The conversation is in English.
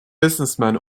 businessmen